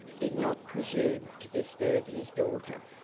did not presume to disturb his daughter,